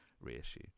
reissue